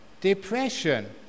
depression